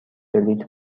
بلیط